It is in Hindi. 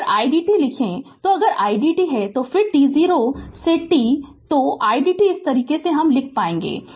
अगर idt लिखें तो अगर idt तो फिर t0 to t तो idt इस तरह से लिख सकते हैं